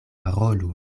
parolu